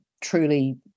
truly